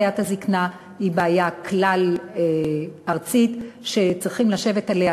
בעיית הזיקנה היא בעיה כלל-ארצית שצריכים לשבת עליה,